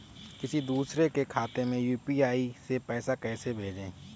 किसी दूसरे के खाते में यू.पी.आई से पैसा कैसे भेजें?